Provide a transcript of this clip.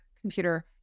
computer